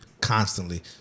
constantly